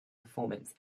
performance